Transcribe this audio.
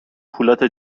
پولهاتو